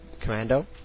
Commando